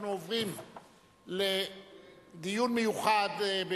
אנחנו עוברים לדיון מיוחד,